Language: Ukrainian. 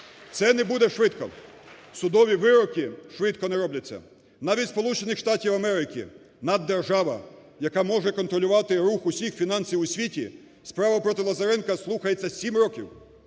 Це не буде швидко. Судові вироки швидко не робляться. Навіть у Сполучених Штатах Америки, наддержава, яка може контролювати рух усіх фінансів у світі, справа проти Лазаренка слухається 7 років.